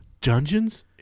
Dungeons